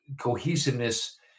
cohesiveness